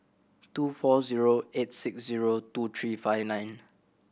two four zero eight six zero two three five nine